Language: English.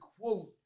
quote